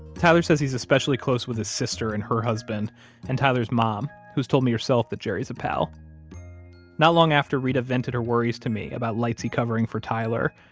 tyler says he's especially close with his sister and her husband and tyler's mom, who's told me herself that jerry's a pal not long after reta vented her worries to me about lightsey covering for tyler,